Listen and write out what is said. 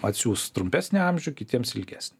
atsiųs trumpesnį amžių kitiems ilgesnį